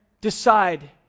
decide